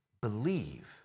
believe